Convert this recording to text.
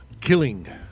killing